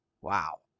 wow